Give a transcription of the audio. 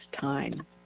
time